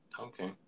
Okay